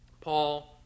Paul